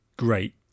great